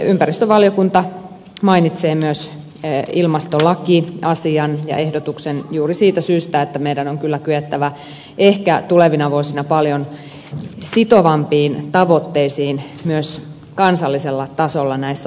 ympäristövaliokunta mainitsee myös ilmastolakiasian ja ehdotuksen juuri siitä syystä että meidän on kyllä kyettävä ehkä tulevina vuosina paljon sitovampiin tavoitteisiin myös kansallisella tasolla näissä asioissa